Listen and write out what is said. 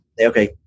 Okay